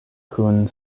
kun